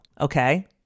Okay